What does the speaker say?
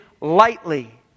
lightly